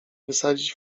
wysadzić